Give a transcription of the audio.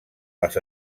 les